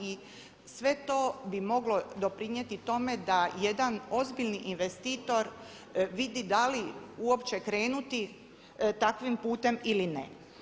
I sve to bi moglo doprinijeti tome da jedan ozbiljni investitor vidi da li uopće krenuti takvim putem ili ne.